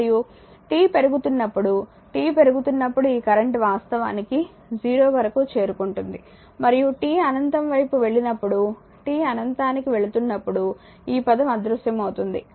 మరియు t పెరుగుతున్నప్పుడు t పెరుగుతున్నప్పుడు ఈ కరెంట్ వాస్తవానికి 0 వరకు చేరుకుంటుంది మరియు t అనంతం వైపు వెళ్ళినప్పుడు t అనంతానికి వెళుతున్నప్పుడు ఈ పదం అదృశ్యమవుతుంది